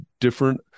different